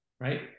right